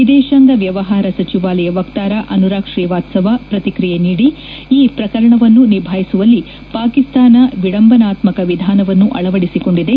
ವಿದೇಶಾಂಗ ವ್ಯವಹಾರ ಸಚಿವಾಲಯ ವಕ್ತಾರ ಅನುರಾಗ್ ಶ್ರೀವಾಸ್ತವ ಪ್ರತಿಕ್ರಿಯೆ ನೀಡಿ ಈ ಪ್ರಕರಣವನ್ನು ನಿಭಾಯಿಸುವಲ್ಲಿ ಪಾಕಿಸ್ತಾನ ವಿಡಂಬನಾತ್ಮಕ ವಿಧಾನವನ್ನು ಅಳವಡಿಸಿಕೊಂಡಿದೆ